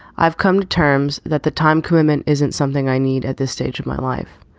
i've come to terms that the time commitment isn't something i need at this stage of my life.